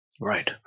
Right